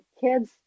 kids